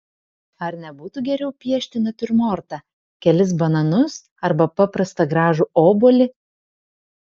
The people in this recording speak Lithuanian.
ar nebūtų geriau piešti natiurmortą kelis bananus arba paprastą gražų obuolį